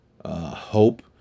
Hope